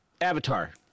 Avatar